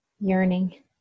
yearning